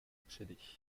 accéder